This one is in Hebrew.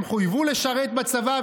הם חויבו לשרת בצבא,